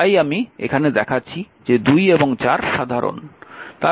তাই আমি এখানে দেখাচ্ছি যে 2 এবং 4 সাধারণ